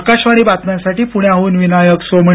आकाशवाणी बातम्यांसाठी पुण्याहून विनायक सोमणी